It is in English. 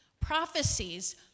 prophecies